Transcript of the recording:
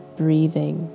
breathing